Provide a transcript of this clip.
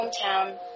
hometown